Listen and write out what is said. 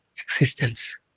existence